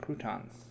croutons